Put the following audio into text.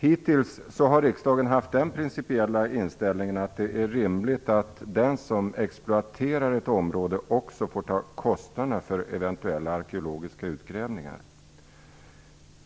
Hittills har riksdagen haft den principiella inställningen att det är rimligt att den som exploaterar ett område också får ta kostnaderna för eventuella arkeologiska utgrävningar.